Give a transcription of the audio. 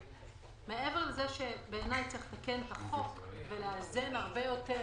מעבר לזה שבעיני צריך לתקן את החוק ולאזן הרבה יותר